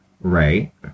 Right